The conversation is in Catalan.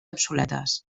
obsoletes